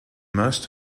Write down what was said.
most